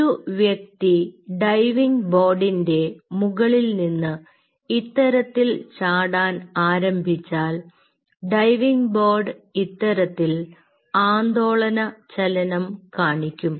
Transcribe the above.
ഒരു വ്യക്തി ഡൈവിങ് ബോർഡിൻറെ മുകളിൽനിന്ന് ഇത്തരത്തിൽ ചാടാൻ ആരംഭിച്ചാൽ ഡൈവിങ് ബോർഡ് ഇത്തരത്തിൽ ആന്തോളന ചലനം കാണിക്കും